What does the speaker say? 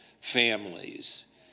families